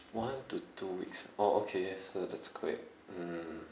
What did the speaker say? one to two weeks orh okay so that's quick mm